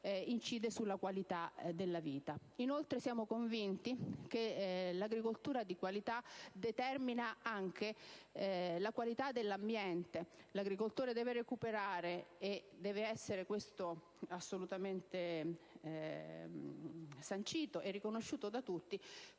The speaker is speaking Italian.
incide sulla qualità della vita. Inoltre, siamo convinti che l'agricoltura di qualità determina anche la qualità dell'ambiente. L'agricoltore deve recuperare - e ciò deve essere assolutamente sancito e riconosciuto da tutti